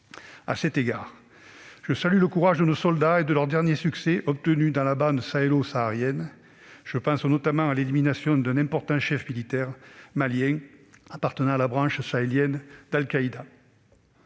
À cet égard, je salue le courage de nos soldats et leurs derniers succès obtenus dans la bande sahélo-saharienne ; je pense notamment à l'élimination d'un important chef militaire malien appartenant à la branche sahélienne d'Al-Qaïda.